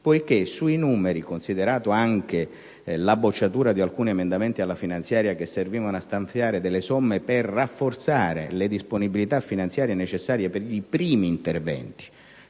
civile, anche considerata la bocciatura di alcuni emendamenti alla finanziaria che servivano a stanziare somme per il rafforzamento delle disponibilità finanziarie necessarie per i primi interventi,